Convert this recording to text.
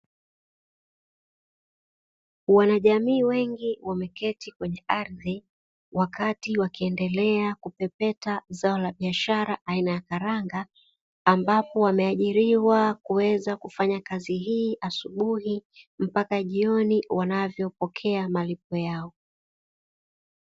Wanajamii wengi wameketi kwenye ardhi wakati wakiendelea kupepeta zao la biashara aina ya karanga, ambapo wameajiriwa kuweza kufanya kazi hii asubuhi mpaka jioni wanavyopokea malipo yao.